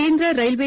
ಕೇಂದ್ರ ರೈಲ್ವೆ